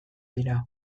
dira